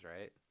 right